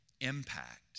impact